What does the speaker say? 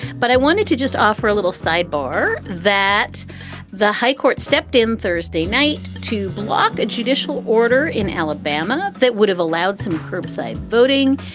but i wanted to just offer a little sidebar that the high court stepped in thursday night to block a judicial order in alabama that would have allowed some curbside voting.